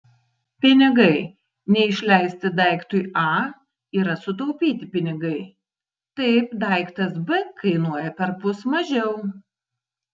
pinigai neišleisti daiktui a yra sutaupyti pinigai taip daiktas b kainuoja perpus mažiau